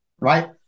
right